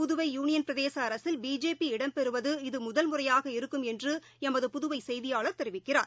Puduvai union பிரதேசஅரசில் BJP இடம்பெறுவது இது முதல்முறையாக இருக்கும் என்றுஎமது புதுவைசெய்தியாளர் தெரிவிக்கிறார்